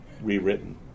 rewritten